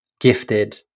gifted